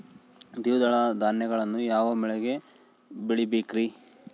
ದ್ವಿದಳ ಧಾನ್ಯಗಳನ್ನು ಯಾವ ಮಳೆಗೆ ಬೆಳಿಬೇಕ್ರಿ?